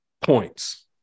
points